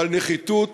ועל נחיתות?